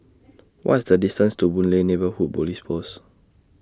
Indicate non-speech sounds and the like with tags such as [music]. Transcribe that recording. [noise] What's The distance to Boon Lay Neighbourhood Police Post